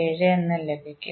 7◦എന്ന് ലഭിക്കും